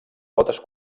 potes